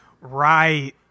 Right